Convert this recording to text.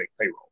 payroll